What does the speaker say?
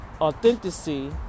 authenticity